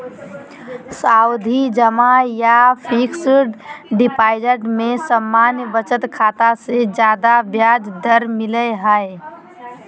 सावधि जमा या फिक्स्ड डिपाजिट में सामान्य बचत खाता से ज्यादे ब्याज दर मिलय हय